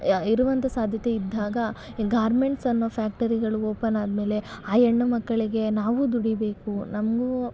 ಇರುವಂಥ ಸಾಧ್ಯತೆ ಇದ್ದಾಗ ಈ ಗಾರ್ಮೆಂಟ್ಸ್ ಅನ್ನೋ ಫ್ಯಾಕ್ಟರಿಗಳು ಓಪನ್ ಆದಮೇಲೆ ಆ ಹೆಣ್ಣು ಮಕ್ಕಳಿಗೆ ನಾವು ದುಡಿಬೇಕು ನಮಗೂ